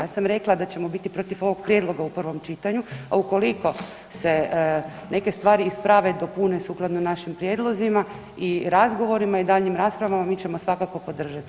Ja sam rekla da ćemo biti protiv ovog prijedloga u prvom čitanju, a ukoliko se neke stvari isprave, dopune sukladno našim prijedlozima i razgovorima i daljnjim raspravama mi ćemo svakako podržati ovaj zakon.